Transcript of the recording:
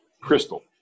Crystal